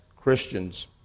Christians